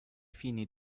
fini